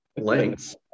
lengths